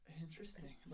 Interesting